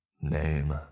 Name